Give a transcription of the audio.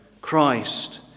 Christ